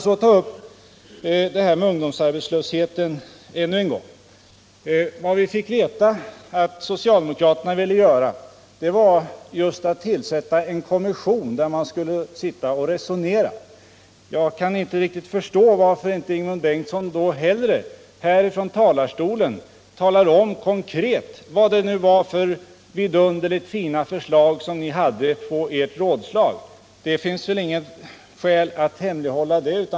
Då det gäller ungdomsarbetslösheten fick vi här veta att vad socialdemokraterna ville göra var att tillsätta en kommission, som skulle resonera om dessa frågor. Jag kan inte förstå varför inte Ingemund Bengtsson hellre från denna talarstol redovisade vilka vidunderligt fina förslag ni hade på ert rådslag. Det finns väl inget skäl att hemlighålla dem.